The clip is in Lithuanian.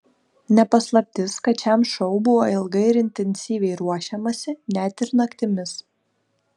ne paslaptis kad šiam šou buvo ilgai ir intensyviai ruošiamasi net ir naktimis